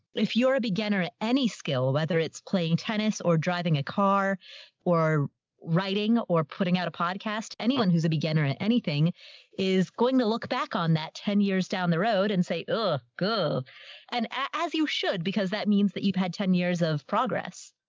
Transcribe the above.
if you're a beginner, any skill, whether it's playing tennis or driving a car or writing or putting out a podcast, anyone who's a beginner at anything is going to look back on that ten years down the road and say, oh, go and as you should, because that means that you've had ten years of progress.